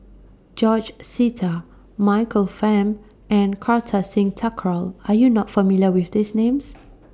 George Sita Michael Fam and Kartar Singh Thakral Are YOU not familiar with These Names